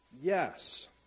Yes